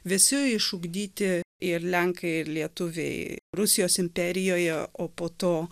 visi išugdyti ir lenkai lietuviai rusijos imperijoje o po to